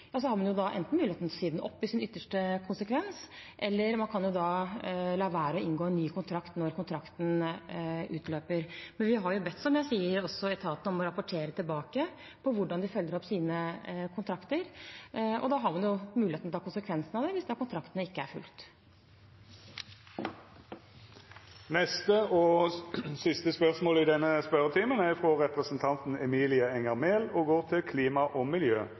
har man enten muligheten til å si den opp, i ytterste konsekvens, eller man kan la være å inngå en ny kontrakt når kontrakten utløper. Men vi har, som jeg sier, bedt etatene om å rapportere tilbake på hvordan de følger opp sine kontrakter, og da har man muligheten til å ta konsekvensene av det hvis kontraktene ikke er fulgt. «Onsdag 14. november spurte jeg hvorfor bønder ikke får full erstatning etter ekstraordinære ulveangrep i